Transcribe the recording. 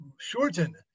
shorten